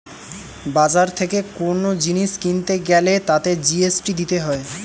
বাজার থেকে কোন জিনিস কিনতে গ্যালে তাতে জি.এস.টি দিতে হয়